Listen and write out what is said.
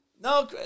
no